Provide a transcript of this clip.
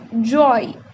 joy